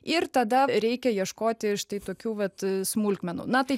ir tada reikia ieškoti štai tokių vat smulkmenų na tai